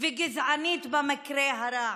וגזענית במקרה הרע.